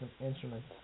instruments